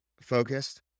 focused